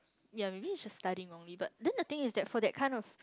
ya maybe she study wrongly but then the thing is for that kind of